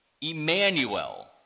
Emmanuel